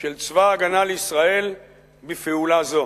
של צבא-הגנה לישראל בפעולה זו.